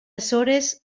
açores